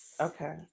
Okay